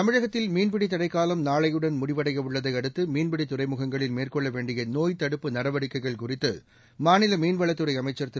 தமிழகத்தில் மீன்பிடி தடைக்காலம் நாளையுடன் முடிவடைய உள்ளதை அடுத்து மீன்பிடி துறைமுகங்களில் மேற்கொள்ள வேண்டிய நோய் தடுப்பு நடவடிக்கைகள் குறித்து மாநில மீன்வளத்துறை அமைச்சர் திரு